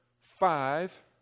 Five